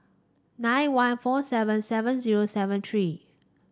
nine one four seven seven zero seven three